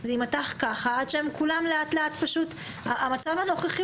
זה יימתח ככה עד שכולם -- המצב הנוכחי